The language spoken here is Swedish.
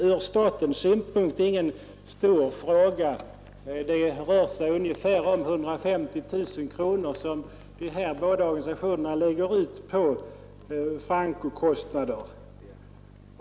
Från statens synpunkt är detta ingen stor fråga — det rör sig om ungefär 150 000 kronor som dessa båda organisationer lägger ut i portokostnader.